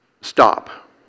stop